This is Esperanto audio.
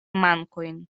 mankojn